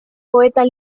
poeta